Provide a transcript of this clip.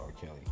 Kelly